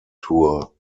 tour